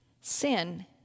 sin